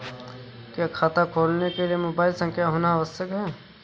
क्या खाता खोलने के लिए मोबाइल संख्या होना आवश्यक है?